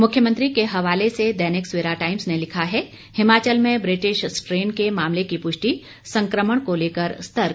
मुख्यमंत्री के हवाले से दैनिक सवेरा टाइम्स ने लिखा है हिमाचल में ब्रिटिश स्ट्रेन के मामले की पुष्टि संक्रमण को लेकर सतर्क